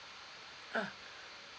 ah